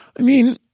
i mean,